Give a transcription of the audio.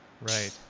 Right